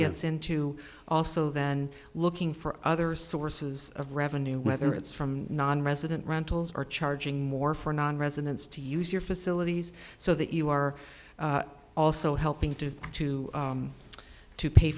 gets into also then looking for other sources of revenue whether it's from nonresident rentals are charging more for nonresidents to use your facilities so that you are also helping to to to pay